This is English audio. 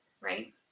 Right